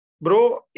Bro